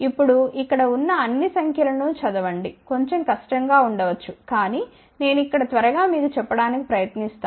ఇప్పుడు ఇక్కడ ఉన్న అన్ని సంఖ్య లను చదవడం కొంచెం కష్టం గా ఉండ వచ్చు కాని నేను ఇక్కడ త్వరగా మీకు చెప్పడానికి ప్రయత్నిస్తాను